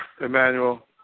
Emmanuel